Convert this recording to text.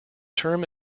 term